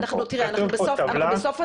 אנחנו בסוף הדיון,